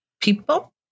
people